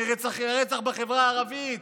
מרצח בחברה הערבית.